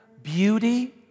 beauty